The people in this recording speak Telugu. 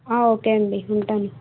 ఓకే అండి ఉంటాను